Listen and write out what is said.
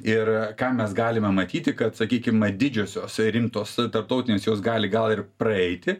ir ką mes galime matyti kad sakykim didžiosios rimtos tarptautinės jos gali gal ir praeiti